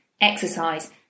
exercise